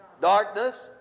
darkness